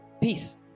Peace